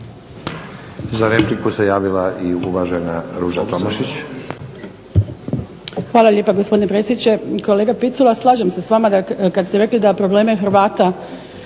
Za repliku se javila i uvažena Ruža Tomašić.